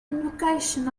invocation